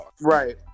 right